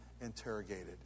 interrogated